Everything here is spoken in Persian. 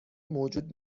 موجود